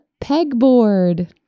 pegboard